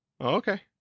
Okay